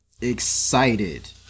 excited